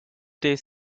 days